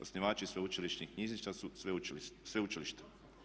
Osnivači sveučilišnih knjižnica su sveučilišta.